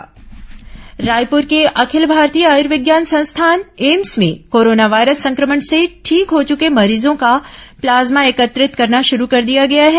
AIIMS plasma Raipur के अखिल भारतीय आयुर्विज्ञान संस्थान एम्स में कोरोना वायरस संक्रमण से ठीक हो चुके मरीजों का प्लाज्मा एकत्रित करना शुरू करे दिया गया है